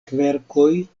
kverkoj